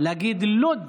להגיד "לוּד".